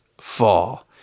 fall